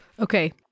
Okay